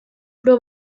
però